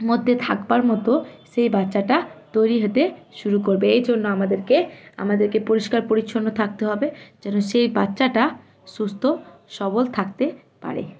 মধ্যে থাকবার মতো সে বাচ্চাটা তৈরি হতে শুরু করবে এই জন্য আমাদেরকে আমাদেরকে পরিষ্কার পরিচ্ছন্ন থাকতে হবে যেন সেই বাচ্চাটা সুস্থ সবল থাকতে পারে